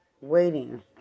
waiting